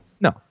No